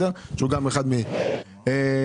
ינון נו מה השאלה?